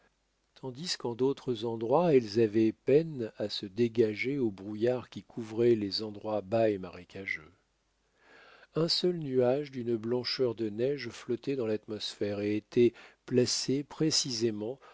tandis qu'en d'autres endroits elles avaient peine à se dégager au brouillard qui couvrait les endroits bas et marécageux un seul nuage d'une blancheur de neige flottait dans l'atmosphère et était placé précisément